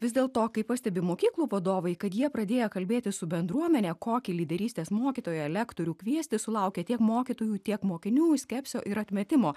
vis dėlto kaip pastebi mokyklų vadovai kad jie pradėjo kalbėti su bendruomene kokį lyderystės mokytoją lektorių kviesti sulaukia tiek mokytojų tiek mokinių skepsio ir atmetimo